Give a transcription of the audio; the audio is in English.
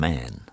Man